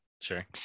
Sure